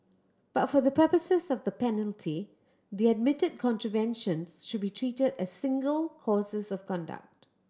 but for the purposes of the penalty the admitted contraventions should be treated as single courses of conduct